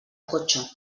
cotxe